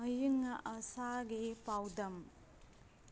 ꯑꯏꯪ ꯑꯁꯥꯒꯤ ꯄꯥꯎꯗꯝ